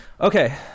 Okay